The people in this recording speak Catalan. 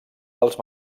dels